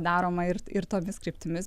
daroma ir ir tomis kryptimis